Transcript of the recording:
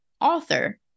author